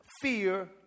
fear